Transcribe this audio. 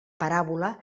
paràbola